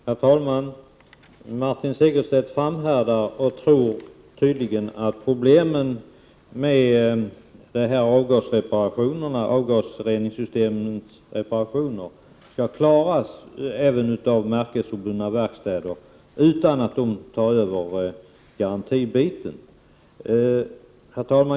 Herr talman! Martin Segerstedt framhärdar och tror tydligen att problemen med reparationerna av avgasreningssystemen skall klaras även av märkesobundna verkstäder utan att de tar över garantibiten.